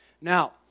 Now